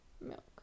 Milk